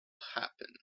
happen